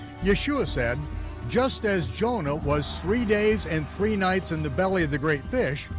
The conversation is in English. yeshua said just as jonah was three days and three nights in the belly of the great fish,